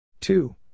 two